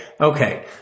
okay